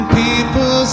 people